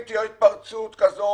אם תהיה התפרצות כזאת,